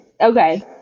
Okay